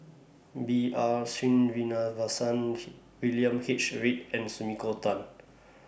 B R Sreenivasan William H Read and Sumiko Tan